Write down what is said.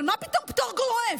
אבל מה פתאום פטור גורף?